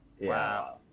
Wow